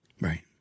Right